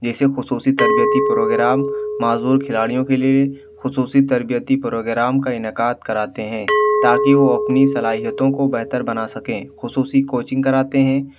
جیسے خصوصی تربیتی پروگرام معذور کھلاڑیوں کے لیے خصوصی تربیتی پروگرام کا انعقاد کراتے ہیں تا کہ وہ اپنی صلاحیتوں کو بہتر بنا سکیں خصوصی کوچنگ کراتے ہیں